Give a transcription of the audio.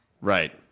Right